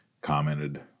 commented